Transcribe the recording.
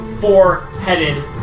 four-headed